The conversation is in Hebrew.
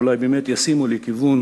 אולי באמת ישימו לכיוון